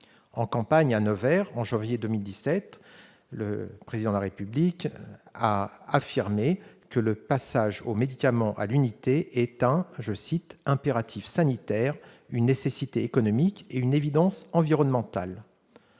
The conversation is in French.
En campagne à Nevers, en janvier 2017, l'actuel Président de la République a affirmé que le passage au médicament à l'unité est un « impératif sanitaire, une nécessité économique et une évidence environnementale ».